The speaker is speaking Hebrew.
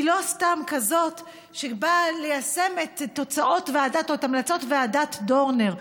היא לא סתם כזאת שבאה ליישם את תוצאות או את המלצות ועדת דורנר,